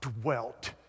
dwelt